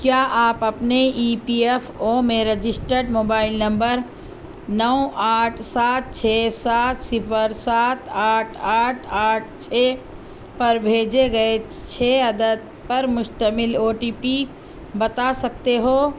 کیا آپ اپنے ای پی ایف او میں رجسٹرڈ موبائل نمبر نو آٹھ سات چھ سات صِفر سات آٹھ آٹھ آٹھ چھ پر بھیجے گئے چھ عدد پر مشتمل او ٹی پی بتا سکتے ہو